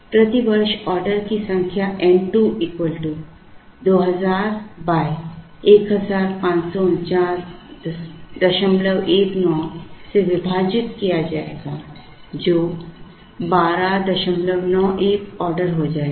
प्रति वर्ष ऑर्डर की संख्या N2 20000 154919 से विभाजित किया जाएगा जो 1291 ऑर्डर हो जाएगा